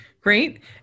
Great